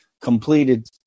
completed